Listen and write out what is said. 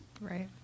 Right